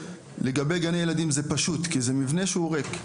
לגבי גני ילדים זה פשוט כי זה מבנה שהוא ריק,